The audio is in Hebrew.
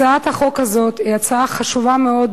הצעת החוק הזאת היא הצעה חשובה מאוד,